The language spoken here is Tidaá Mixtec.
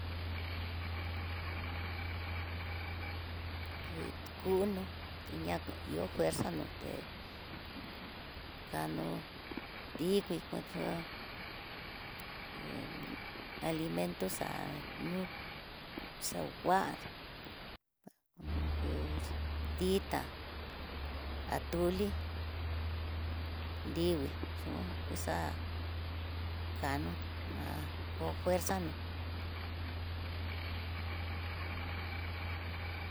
Kui kuno ña kió fuerza no té kano dikui kuata kon, alimento xa'a nú, xaunguaxa pus ditá, alole nrivii xo kuxa'a kano na ko fuerza ná.